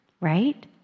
right